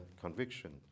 conviction